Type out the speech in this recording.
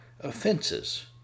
offenses